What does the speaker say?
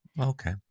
Okay